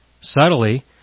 subtly